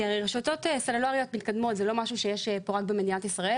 כי הרי רשתות סלולריות מתקדמות זה לא משהו שיש פה רק במדינת ישראל,